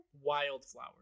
Wildflower